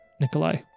Nikolai